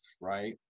right